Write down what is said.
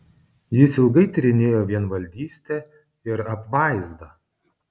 jis ilgai tyrinėjo vienvaldystę ir apvaizdą